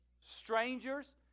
Strangers